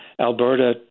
Alberta